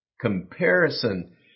comparison